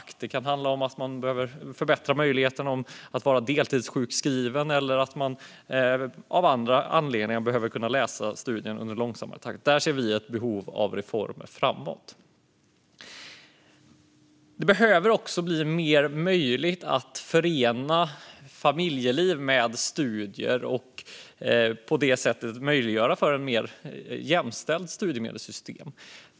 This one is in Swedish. Det kan till exempel handla om att vi behöver förbättra möjligheten att vara deltidssjukskriven. Där ser vi ett behov av reformer framöver. Det behöver också bli lättare att förena familjeliv med studier och på så sätt möjliggöra ett mer jämställt studiemedelssystem.